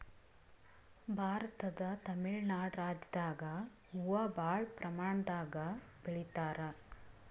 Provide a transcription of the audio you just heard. ಭಾರತದ್ ತಮಿಳ್ ನಾಡ್ ರಾಜ್ಯದಾಗ್ ಹೂವಾ ಭಾಳ್ ಪ್ರಮಾಣದಾಗ್ ಬೆಳಿತಾರ್